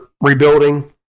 rebuilding